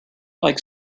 like